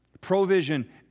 Provision